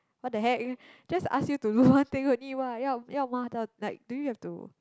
what the heck just ask you to do one thing only what 要要骂到 like do you have to